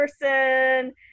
person